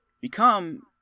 become